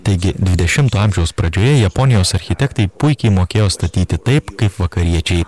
taigi dvidešimto amžiaus pradžioje japonijos architektai puikiai mokėjo statyti taip kaip vakariečiai